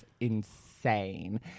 insane